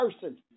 person